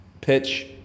pitch